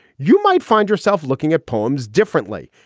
you might find yourself looking at poems differently.